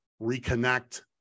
reconnect